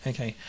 Okay